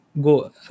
go